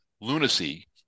lunacy